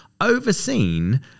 overseen